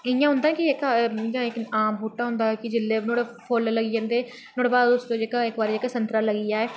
इक्क इंय होंदा कीि आम बूह्टा नुहाड़ा फुल्ल लग्गी जंदे ते नुहाड़े बाद जेह्के संतरे लग्गी जंदे